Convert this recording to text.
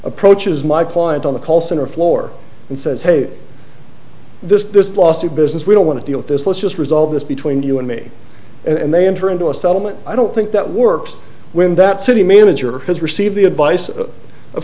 approaches my client on the call center floor and says hey this is this lawsuit business we don't want to deal with this let's just resolve this between you and me and they enter into a settlement i don't think that works when that city manager has received the advice of